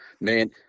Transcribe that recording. Man